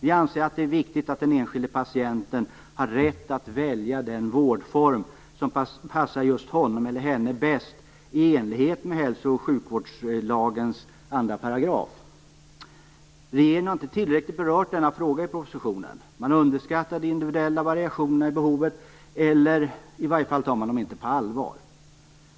Vi anser att det är viktigt att den enskilde patienten har rätt att välja den vårdform som bäst passar just honom eller henne i enligt med 2 §, hälso och sjukvårdslagen. Regeringen har inte tillräckligt berört denna fråga i propositionen. Man underskattar de individuella variationerna i behoven - i varje fall tar man dem inte på allvar.